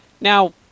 now